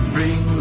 Bring